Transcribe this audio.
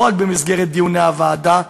לא רק במסגרת דיוני הוועדה,